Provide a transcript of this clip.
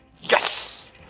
Yes